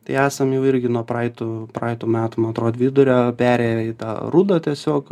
tai esam jau irgi nuo praeitų praeitų metų man atrod vidurio perėję į tą rudą tiesiog